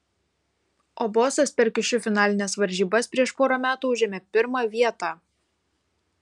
o bosas per kiušiu finalines varžybas prieš porą metų užėmė pirmą vietą